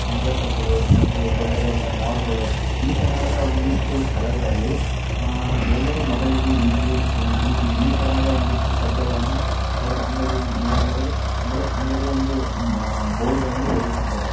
ಮುಂಗಟ್ಟುಗಳು ಮತ್ತು ದೊಡ್ಡ ದೊಡ್ಡ ಮಾಲ್ಗಳು ಈ ತರಹದ ಒಂದಿಷ್ಟು ಸ್ಥಳಗಳಲ್ಲಿ ಎಲ್ಲರೂ ಮೊದಲಿಗೆ ಇಂಗ್ಲೀಷು ಹಿಂದಿ ಈ ಥರದ ಒಂದಿಷ್ಟು ಶಬ್ದಗಳನ್ನು ಅವರ ಅಂಗಡಿ ಮೇಲುಗಡೆ ಅಂದರೆ ಅಂಗಡಿಯ ಒಂದು ಮ ಬೋರ್ಡ್ಗಳಲ್ಲಿ ಬರೆಯುತ್ತಿದ್ದರು